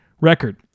record